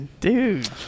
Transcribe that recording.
Dude